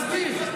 באתי רגע להסביר.